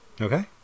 Okay